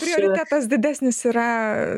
prioritetas didesnis yra